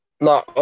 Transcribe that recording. No